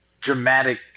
dramatic